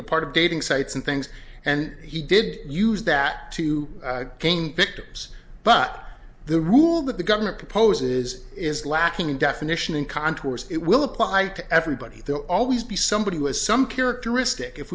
know part of dating sites and things and he did use that to gain victims but the rule that the governor proposes is lacking in definition and contours it will apply to everybody there always be somebody who has some characteristic if